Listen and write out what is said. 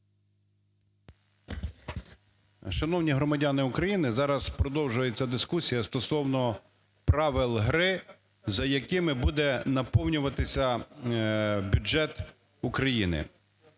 Шановні громадяни України! Зараз продовжується дискусія стосовно правил гри, за якими буде наповнюватися бюджет України.